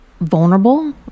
vulnerable